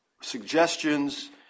suggestions